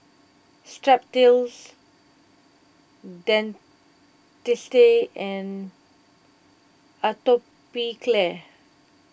Strepsils Dentiste and Atopiclair